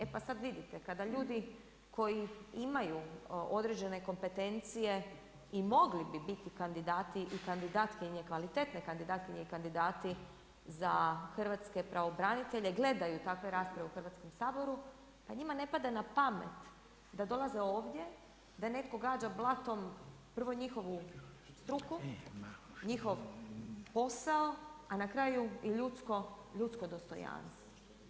E pa sad vidite kada ljudi koji imaju određene kompetencije i mogli bi biti kandidati i kandidatkinje, kvalitetne kandidatkinje i kandidati za hrvatske pravobranitelje gledaju takve rasprave u Hrvatskom saboru, pa njima ne pada na pamet da dolaze ovdje, da netko gađa blatom prvo njihovu struku, njihov posao, a na kraju i ljudsko dostojanstvo.